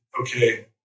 okay